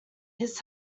his